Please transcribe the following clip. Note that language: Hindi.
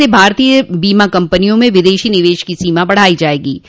इससे भारतीय बीमा कंपनियों में विदेशी निवेश की सीमा बढ़ाई जाएगी